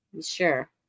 Sure